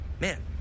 man